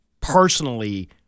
personally